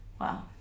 Wow